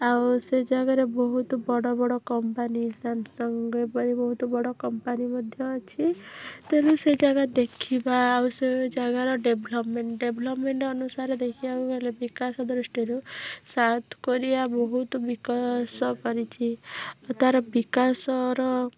ଆଉ ସେ ଜାଗାରେ ବହୁତ ବଡ଼ ବଡ଼ କମ୍ପାନୀ ସ୍ୟାମ୍ସଙ୍ଗ ବହୁତ ବଡ଼ କମ୍ପାନୀ ମଧ୍ୟ ଅଛି ତେଣୁ ସେ ଜାଗା ଦେଖିବା ଆଉ ସେ ଜାଗାର ଡେଭଲପ୍ମେଣ୍ଟ ଡେଭଲପ୍ମେଣ୍ଟ ଅନୁସାରେ ଦେଖିବାକୁ ଗଲେ ବିକାଶ ଦୃଷ୍ଟିରୁ ସାଉଥ୍ କୋରିଆ ବହୁତ ବିକାଶ କରିଛି ଓ ତା'ର ବିକାଶର